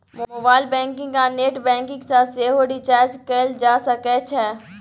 mobile banking आ net banking सँ सेहो रिचार्ज कएल जा सकै छै